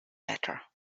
better